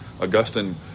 Augustine